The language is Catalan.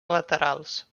laterals